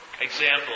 Example